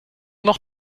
noch